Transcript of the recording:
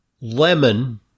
lemon